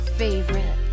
favorite